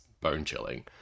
bone-chilling